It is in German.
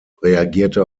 reagierte